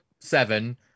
seven